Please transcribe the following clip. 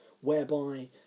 Whereby